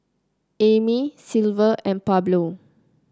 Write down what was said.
Amey Silver and Pablo